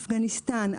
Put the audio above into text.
אפגניסטן,